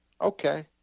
okay